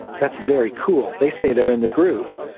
that's very cool. they say they are in the groove.